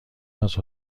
است